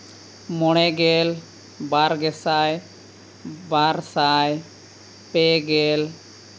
ᱢᱚᱬᱮ ᱜᱮᱞ ᱵᱟᱨ ᱜᱮᱥᱟᱭ ᱵᱟᱨ ᱥᱟᱭ ᱯᱮᱜᱮᱞ